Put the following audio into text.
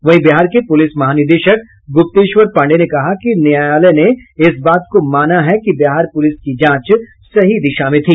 वहीं बिहार के पुलिस महानिदेशक गुप्तेश्वर पांडेय ने कहा कि न्यायालय ने इस बात को माना है कि बिहार पुलिस की जांच सही दिशा में थी